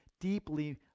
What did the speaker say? deeply